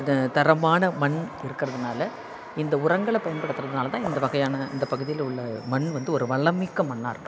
இந்தத் தரமான மண் இருக்கிறதுனால இந்த உரங்களை பயன்படுத்துகிறதுனால தான் இந்த வகையான இந்தப் பகுதியில் உள்ள மண் வந்து ஒரு வளம் மிக்க மண்ணாக இருக்குது